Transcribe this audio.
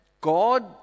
God